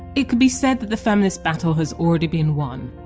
it could be said that the feminist battle has already been won.